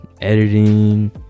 editing